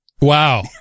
wow